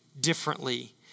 differently